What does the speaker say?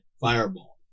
fireball